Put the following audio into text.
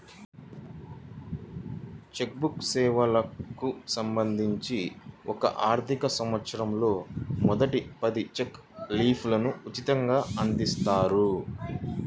check book సేవలకు సంబంధించి ఒక ఆర్థికసంవత్సరంలో మొదటి పది చెక్ లీఫ్లు ఉచితంగ అందిస్తారు